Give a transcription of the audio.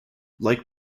like